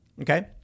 Okay